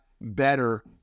better